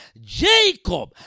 Jacob